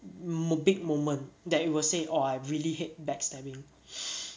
mo~ a big moment that you will say oh I really hate backstabbing